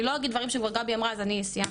אני לא אגיד דברים שכבר גבי אמרה, אז אני סיימתי.